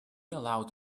allowed